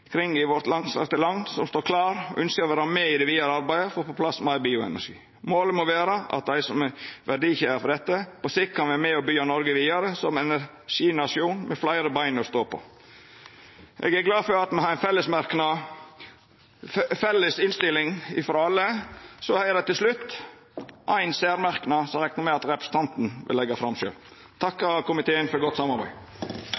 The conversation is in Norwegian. det vidare arbeidet og få på plass meir bioenergi. Målet må vera at dei som er verdikjeda for dette, på sikt kan vera med på å byggja Noreg vidare som ein energinasjon med fleire bein å stå på. Eg er glad for at me har ein felles innstilling frå alle. Så er her til slutt éin særmerknad, som eg reknar med at representanten vil leggja fram sjølv.